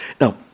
Now